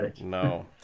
no